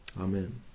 Amen